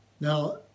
Now